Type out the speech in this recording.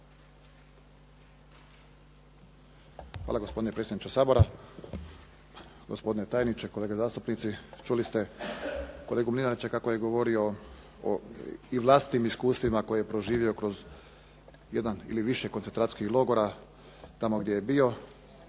Hvala gospodine predsjedniče Sabora. Gospodine tajniče, kolege zastupnici. Čuli ste kolegu Mlinarića kako je govorio i o vlastitim iskustvima koje je proživio kroz jedan ili više koncentracijskih logora tamo gdje je bio.